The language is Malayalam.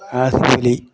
ആസിഫ് അലി